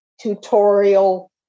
tutorial